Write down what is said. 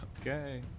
okay